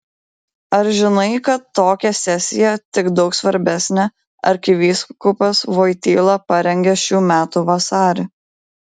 ar žinai kad tokią sesiją tik daug svarbesnę arkivyskupas voityla parengė šių metų vasarį